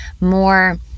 more